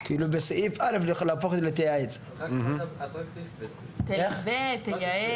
אם כן, שלוש פלוס שלוש, תקופה ושלוש?